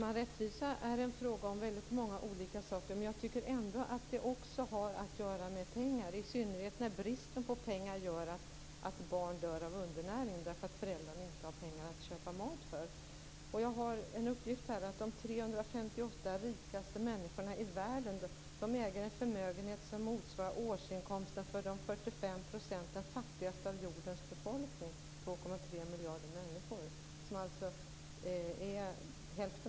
Fru talman! Hybriden Lennart Persson vet jag inte vem det är. Att skapa rättvisa är inte bara fråga om att fördela. Det kan man göra så länge det finns någonting. Det är också fråga om att skapa resurser för att ha någonting att fördela mellan människorna, så att alla har en chans att få ta del av de värden som skapas. Jag tror att det finns mycket annat än just det här.